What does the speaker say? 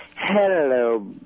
Hello